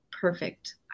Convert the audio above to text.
perfect